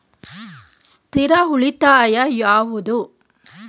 ಸ್ಥಿರ ಉಳಿತಾಯ ಯಾವುದು?